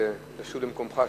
לשוב למקומך,